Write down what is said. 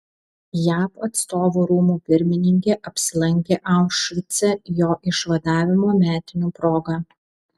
jav atstovų rūmų pirmininkė apsilankė aušvice jo išvadavimo metinių proga